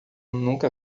nunca